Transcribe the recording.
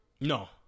No